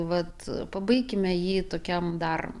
vat pabaikime jį tokiam dar